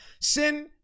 Sin